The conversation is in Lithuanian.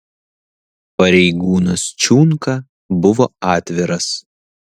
pareigūnas čiunka buvo atviras